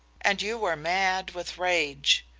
and you were mad with rage.